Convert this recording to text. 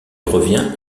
revient